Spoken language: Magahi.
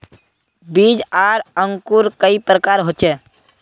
बीज आर अंकूर कई प्रकार होचे?